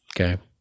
Okay